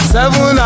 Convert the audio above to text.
Seven